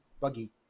buggy